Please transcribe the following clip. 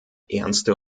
ernste